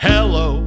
Hello